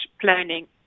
planning